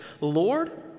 Lord